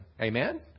Amen